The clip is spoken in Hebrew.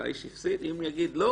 האיש הפסיד, אם הוא יגיד, לא